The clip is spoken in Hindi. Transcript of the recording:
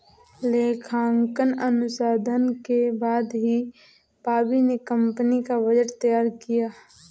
लेखांकन अनुसंधान के बाद ही बॉबी ने कंपनी का बजट तैयार किया